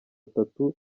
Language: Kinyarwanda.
atatu